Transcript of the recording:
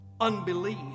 unbelief